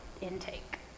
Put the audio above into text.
intake